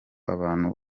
abantu